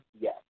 Yes